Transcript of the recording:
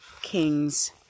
Kings